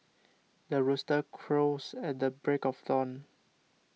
the rooster crows at the break of dawn